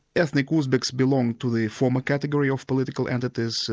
ethnic uzbeks belong to the former category of political entities.